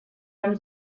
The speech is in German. einem